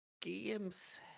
games